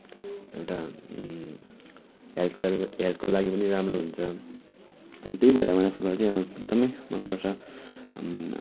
एउटा हेल्थको लागि हेल्थको लागि पनि राम्रो हुन्छ त्यही भएर मलाई फुटबल चाहिँ एकदमै मन पर्छ